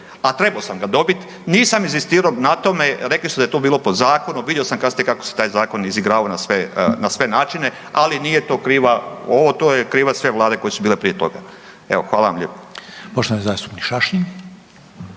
a trebao sam ga dobiti. Nisam inzistirao na tome. Rekli su da je to bilo po zakonu. Vidio sam kasnije kako se taj zakon izigravao na sve načine, ali nije to kriva, to je kriva sve Vlade koje su bile prije toga. Evo hvala vam lijepa.